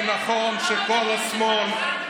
ונכון שכל השמאל,